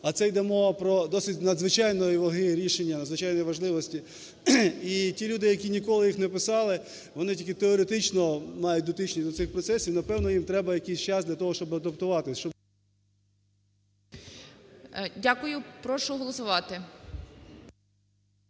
А це йде мова про досить надзвичайної ваги рішення, надзвичайної важливості. І ті люди, які ніколи їх не писали, вони тільки теоретично мають дотичність до цих процесів. Напевне, їм треба якийсь час для того, щоб адаптуватись, щоб… ГОЛОВУЮЧИЙ. Дякую. Прошу голосувати.